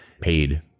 paid